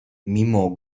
mimo